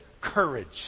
courage